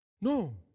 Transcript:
No